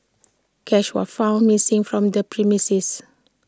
cash were found missing from the premises